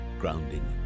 grounding